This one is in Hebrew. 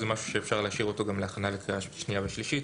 זה משהו שאפשר להשאיר אותו גם להכנה לקריאה שנייה ושלישית.